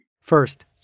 First